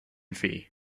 fee